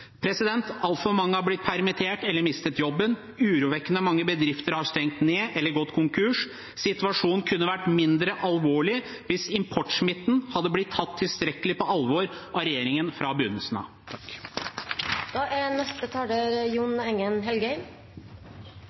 Altfor mange har blitt permittert eller har mistet jobben. Urovekkende mange bedrifter har stengt ned eller gått konkurs. Situasjonen kunne vært mindre alvorlig hvis importsmitten hadde blitt tatt tilstrekkelig på alvor av regjeringen fra begynnelsen av. Selv om det er